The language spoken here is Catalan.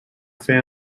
fer